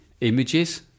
images